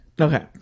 Okay